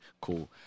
Cool